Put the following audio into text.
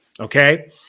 Okay